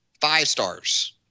five-stars